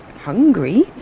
Hungry